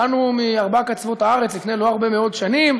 באנו מארבע קצוות הארץ לפני לא הרבה מאוד שנים.